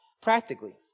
practically